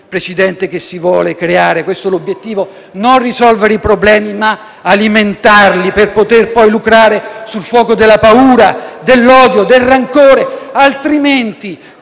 questo che si vuole creare, è questo l'obiettivo; non risolvere i problemi, ma alimentarli per poter poi lucrare sul fuoco della paura, dell'odio e del rancore. Quale